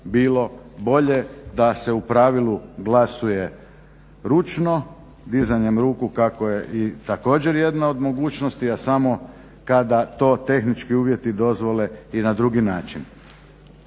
bilo bolje da se u pravilu glasuje ručno, dizanjem ruku kako je i također jedna od mogućosti, a samo kada to tehnički uvjeti dozvole i na drugi način.